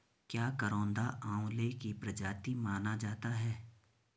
क्या करौंदा आंवले की प्रजाति माना जाता है?